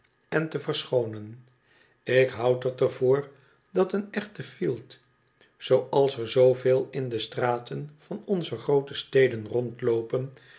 en te verschoonen ik houd het er voor dat een echte fielt zooals er zooveel in de straten van onze groote steden rondloopen